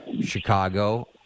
Chicago